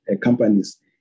companies